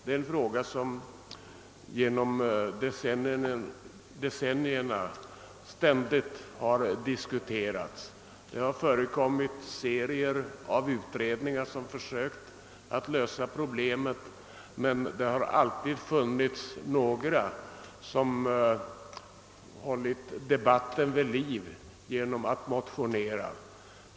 Det är en fråga som genom decennierna ständigt har diskuterats. Det har förekommit serier av utredningar som försökt lösa problemet, men det har alltid funnits några som hållit debatten vid liv genom att väcka motioner.